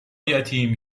یتیم